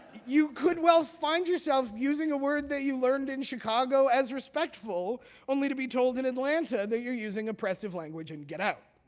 you could well find yourself using a word that you learned in chicago as respectful only to be told in atlanta that you're using oppressive language and get out.